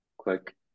click